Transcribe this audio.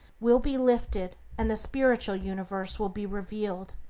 will be lifted and the spiritual universe will be revealed.